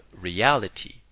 reality